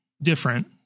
Different